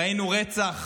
ראינו רצח